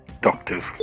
Doctors